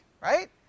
right